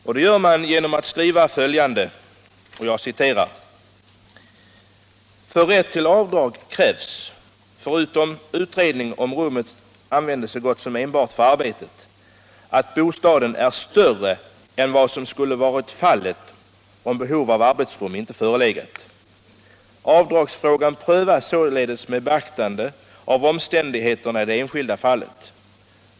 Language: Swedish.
Detta gör man genom att skriva följande: ”För rätt till avdrag krävs - förutom utredning om att rummet använts så gott som enbart för arbetet — att bostaden är större än vad som skulle varit fallet, om behov av arbetsrum inte förelegat. Avdragsfrågan prövas således med beaktande av omständigheterna i det enskilda fallet.